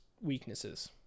weaknesses